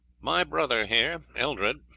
my brother here, eldred,